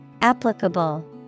Applicable